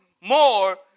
more